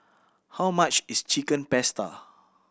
how much is Chicken Pasta